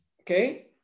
Okay